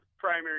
primary